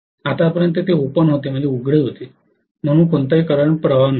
आतापर्यंत ते उघडे होते म्हणून कोणताही करंट प्रवाह नव्हता